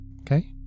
okay